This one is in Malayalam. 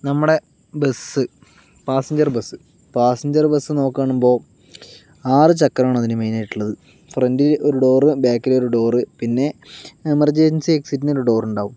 നമ്മുടെ bus passenger bus passenger bus നോക്കാണുമ്പോൾ ആറ് ചക്രമാണ് അതിന് മെയിനായിട്ടുള്ളത് ഫ്രണ്ടിൽ ഒരു ഡോറ് ബാക്കിലൊരു ഡോറ് പിന്നെ എമർജൻസി എക്സിറ്റിന് ഒരു ഡോറുണ്ടാവും